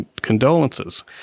condolences